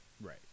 Right